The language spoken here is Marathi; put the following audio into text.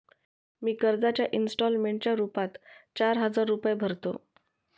मी कर्जाच्या इंस्टॉलमेंटच्या रूपात चार हजार रुपये भरतो